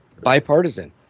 Bipartisan